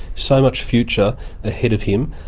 so much future ahead of him,